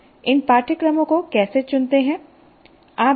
हम इन पाठ्यक्रमों को कैसे चुनते हैं